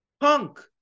Punk